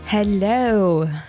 Hello